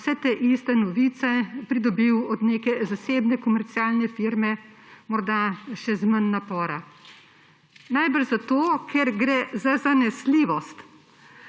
vse te iste novice pridobil od neke zasebne komercialne firme, morda še z manj napora? Najbrž zato ker gre za zanesljivost.